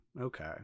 Okay